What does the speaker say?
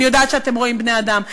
אני יודעת שאתם רואים בני-אדם.